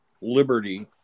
Liberty